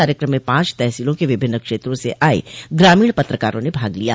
कार्यक्रम में पांच तहसीलो के विभिन्न क्षेत्रों से आये ग्रामीण पत्रकारों ने भाग लिया